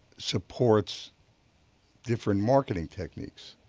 supports different marketing techniques.